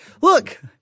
Look